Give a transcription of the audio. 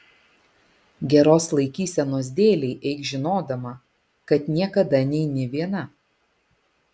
geros laikysenos dėlei eik žinodama kad niekada neini viena